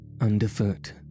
Underfoot